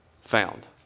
found